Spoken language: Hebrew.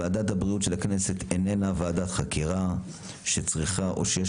ועדת הבריאות של הכנסת איננה ועדת חקירה שצריכה או שיש